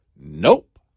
Nope